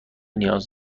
نیاز